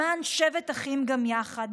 למען שבת אחים גם יחד,